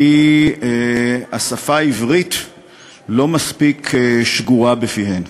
כי השפה העברית לא מספיק שגורה בפיהן.